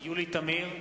יולי תמיר,